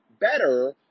better